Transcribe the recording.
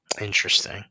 Interesting